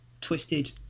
twisted